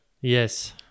yes